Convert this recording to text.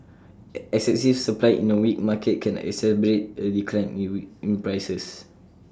excessive supply in A weak market can exacerbate A decline in prices